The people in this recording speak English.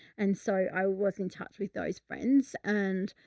and so i was in touch with those friends. and,